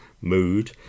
mood